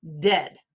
dead